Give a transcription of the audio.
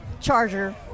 Charger